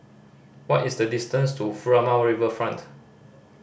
what is the distance to Furama Riverfront